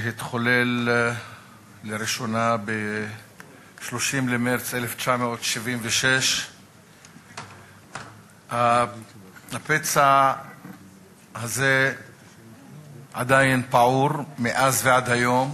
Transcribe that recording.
שהתחולל לראשונה ב-30 במרס 1976. הפצע הזה עדיין פעור מאז ועד היום,